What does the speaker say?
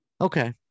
okay